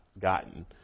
gotten